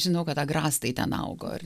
žinau kad agrastai ten augo ar